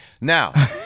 Now